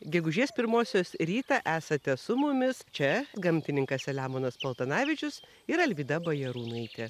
gegužės pirmosios rytą esate su mumis čia gamtininkas selemonas paltanavičius ir alvyda bajarūnaitė